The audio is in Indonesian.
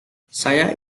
saya